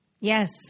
Yes